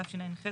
תשע"ח,